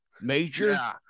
major